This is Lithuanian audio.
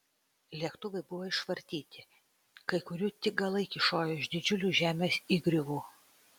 lėktuvai buvo išvartyti kai kurių tik galai kyšojo iš didžiulių žemės įgriuvų